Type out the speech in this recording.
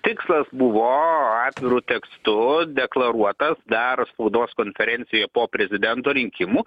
tikslas buvo atviru tekstu deklaruotas dar spaudos konferencijoje po prezidento rinkimų